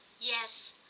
Yes